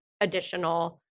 additional